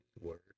word